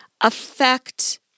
affect